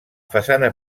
façana